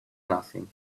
nothing